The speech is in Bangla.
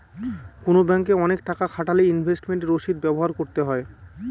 কোনো ব্যাঙ্কে অনেক টাকা খাটালে ইনভেস্টমেন্ট রসিদ ব্যবহার করতে হয়